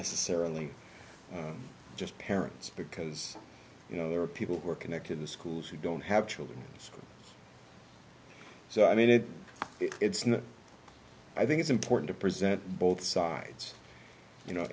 necessarily just parents because you know there are people who are connected the schools who don't have children so i mean it it's not i think it's important to present both sides you know